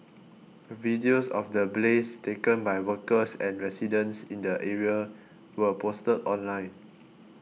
videos of the blaze taken by workers and residents in the area were posted online